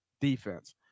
defense